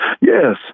Yes